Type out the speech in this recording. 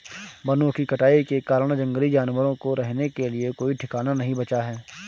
वनों की कटाई के कारण जंगली जानवरों को रहने के लिए कोई ठिकाना नहीं बचा है